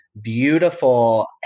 beautiful